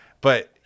But-